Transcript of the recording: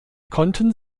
konnten